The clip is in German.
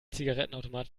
zigarettenautomat